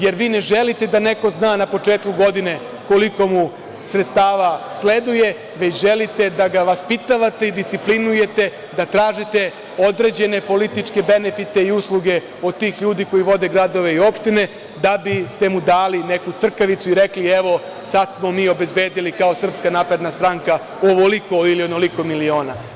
Jer, vi ne želite da neko zna na početku godine koliko mu sredstava sleduje, već želite da vaspitavate i disciplinujete da tražite određene političke benefite i usluge od tih ljudi koji vode gradove i opštine, da biste mu dali neku crkavicu i rekli – evo sad smo mi obezbedili kao SNS ovoliko ili onoliko miliona.